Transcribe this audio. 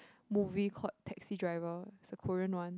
movie called taxi driver is a Korean one